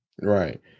Right